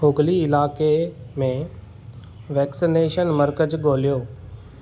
हुगली इलाइके में वैक्सनेशन मर्कज़ ॻोल्हियो